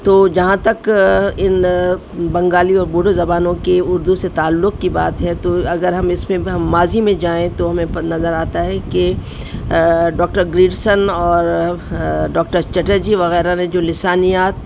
تو جہاں تک ان بنگالی اور بوڈو زبانوں کے اردو سے تعلق کی بات ہے تو اگر ہم اس میں ہم ماضی میں جائیں تو ہمیں پ نظر آتا ہے کہ ڈاکٹر گریڈسن اور ڈاکٹر چٹرجی وغیرہ نے جو لسانیات